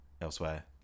elsewhere